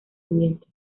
ambiente